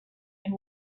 and